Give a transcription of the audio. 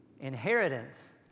Inheritance